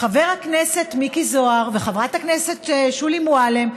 חבר הכנסת מיקי זוהר וחברת הכנסת שולי מועלם,